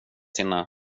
sälja